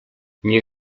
nie